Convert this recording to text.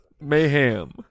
Mayhem